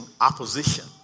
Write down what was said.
opposition